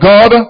God